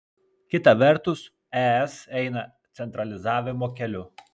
kita vertus es eina centralizavimo keliu